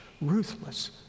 ruthless